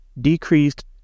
decreased